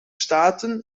staten